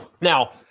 Now